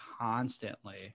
constantly